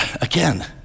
Again